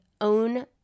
own